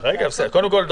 קודם כול,